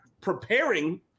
preparing –